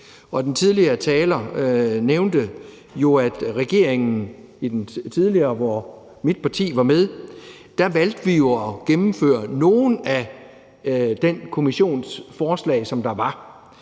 Den tidligere taler nævnte jo, at regeringen tidligere, da mit parti var med, valgte at gennemføre nogle af den kommissions forslag, som der var.